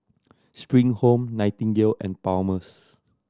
Spring Home Nightingale and Palmer's